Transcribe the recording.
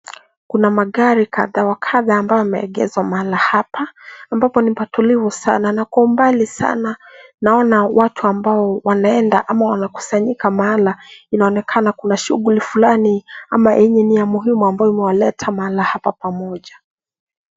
Kuna magari kadha wa kadha ambayo yameegezwa mahali hapa ambapo ni patulivu sana na kwa umbali sana naona watu ambao wanaenda ama wanakusanyika mahala inaonekana kuna shughuli fulani ama yenye ni ya muhimu ambayo imewaleta mahala hapa pamoja.